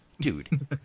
dude